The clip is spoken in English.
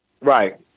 Right